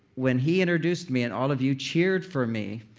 when he introduced me and all of you cheered for me,